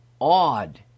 odd